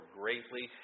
greatly